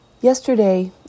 Yesterday